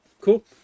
cool